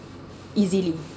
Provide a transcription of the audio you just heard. easily